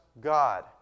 God